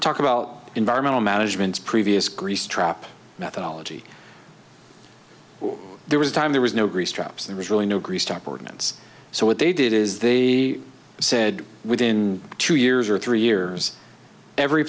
and talk about environmental management's previous grease trap methodology there was a time there was no grease traps there was really no grease type ordinance so what they did is they said within two years or three years every